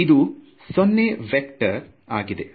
ಇದು ಸೊನ್ನೆ ವೆಕ್ಟರ್ ಆಗಿದೆ